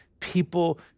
people